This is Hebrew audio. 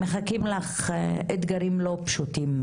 מחכים לך אתגרים לא פשוטים,